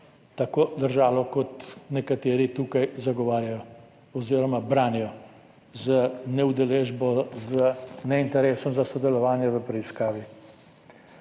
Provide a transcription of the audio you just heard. tako držalo, kot nekateri tukaj zagovarjajo oziroma branijo z neudeležbo, neinteresom za sodelovanje v preiskavi.